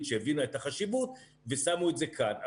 שהבינה את החשיבות ושמו את זה כאן.